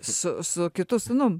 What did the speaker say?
su su kitu sūnum